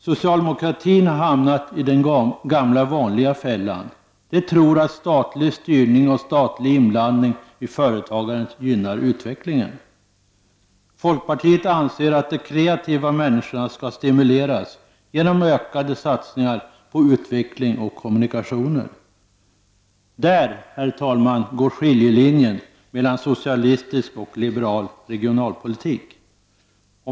Socialdemokraterna har hamnat i den gamla vanliga fällan. De tror att statlig styrning och statlig inblandning i företagandet gynnar utvecklingen. Folkpartiet anser att de kreativa människorna skall stimuleras genom ökade satsningar på utveckling och kommunikationer. Där, herr talman, går skiljelinjen mellan socialistisk och liberal regionalpolitik.